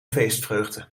feestvreugde